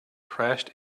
crashed